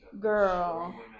Girl